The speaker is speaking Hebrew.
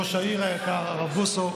ראש העיר היקר הרב בוסו.